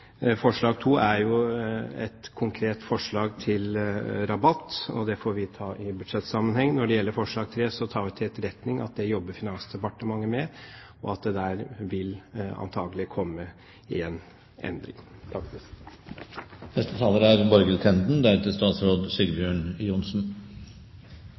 Forslag nr. 2 er et konkret forslag til rabatt, og det får vi ta i budsjettsammenheng. Når det gjelder forslag 3, tar vi til etterretning at det jobber Finansdepartementet med, og at det her antakelig vil komme en endring. Man skulle tro at det var bred enighet i Stortinget om at det er